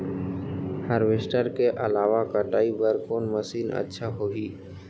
Harvester के अलावा कटाई बर कोन मशीन अच्छा होही?